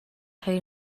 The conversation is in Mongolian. хоёр